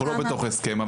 אנחנו לא בתוך ההסכם,